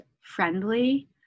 friendly